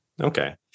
Okay